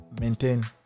maintain